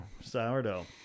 Sourdough